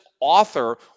author